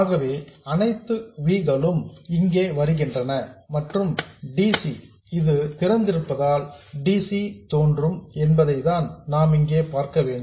ஆகவே அனைத்து V களும் இங்கே வருகின்றன மற்றும் dc இது திறந்திருப்பதால் dc தோன்றும் என்பதைத்தான் நாம் இங்கே பார்க்க வேண்டும்